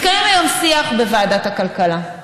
התקיים היום שיח בוועדת הכלכלה,